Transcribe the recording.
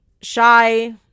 Shy